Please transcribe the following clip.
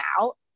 out